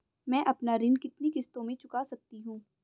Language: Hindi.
मैं अपना ऋण कितनी किश्तों में चुका सकती हूँ?